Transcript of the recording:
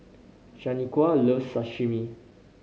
Shanequa loves Sashimi